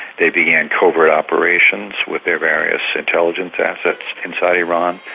they began covert operations with their various intelligence assets inside iran,